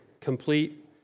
complete